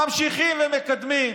ממשיכים ומקדמים.